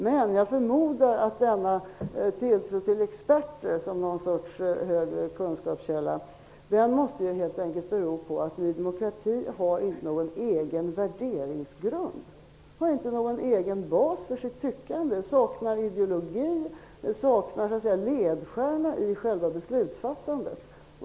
Men jag förmodar att denna tilltro till experter som någon sorts högre kunskapskälla helt enkelt måste bero på att Ny demokrati inte har någon egen värderingsgrund. De har ingen egen bas för sitt tyckande, de saknar ideologi och de saknar ledstjärna i själva beslutsfattandet.